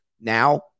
Now